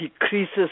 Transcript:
decreases